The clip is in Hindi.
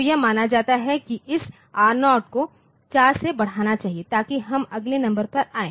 तो यह माना जाता है कि इस R0 को 4 से बढ़ाना चाहिए ताकि हम अगले नंबर पर आएं